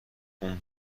اون